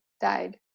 died